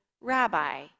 Rabbi